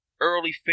early